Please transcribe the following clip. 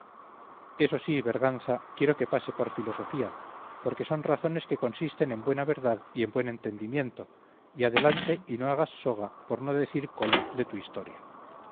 esto sí berganza quiero que pase por filosofía porque son razones que consisten en buena verdad y en buen entendimiento y adelante y no hagas soga por no decir cola de tu historia